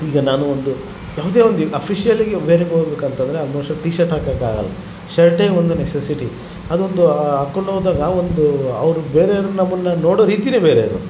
ಈಗ ನಾನು ಒಂದು ಯಾವುದೇ ಒಂದು ಈ ಅಫೀಶಲಿಗೆ ಬೇರೆ ಹೋಗ್ಬೇಕು ಅಂತಂದರೆ ಆಲ್ಮೋಸ್ಟ್ ಟೀ ಶರ್ಟ್ ಹಾಕೊಕಾಗಲ್ಲ ಶರ್ಟೇ ಒಂದು ನೆಸಸಿಟಿ ಅದೊಂದು ಹಾಕೊಂಡು ಹೋದಾಗ ಒಂದು ಅವರು ಬೇರೆವ್ರು ನಮ್ಮನ್ನು ನೋಡೋ ರೀತಿನೆ ಬೇರೆ ಅದು